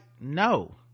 no